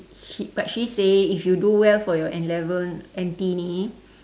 he but she say if you do well for you N-level N_T ini